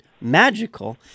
magical